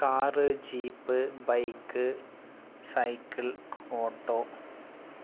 car jeep bike cycle auto